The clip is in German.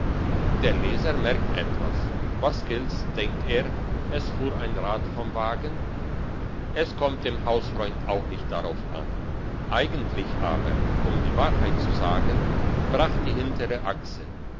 der leser merkt etwas was gilt's denkt er es fuhr ein rad vom wagen es kommt dem hausfreund auch nicht darauf an eigentlich aber und die wahrheit zu sagen brach die hintere achse